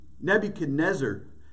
Nebuchadnezzar